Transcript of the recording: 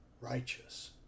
righteous